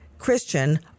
Christian